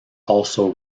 also